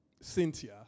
Cynthia